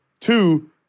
Two